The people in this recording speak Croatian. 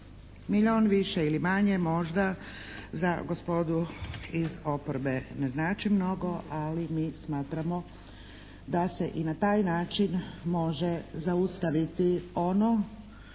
Milijun više ili manje možda za gospodu iz oporbe ne znači mnogo, ali mi smatramo da se i na taj način može zaustaviti ono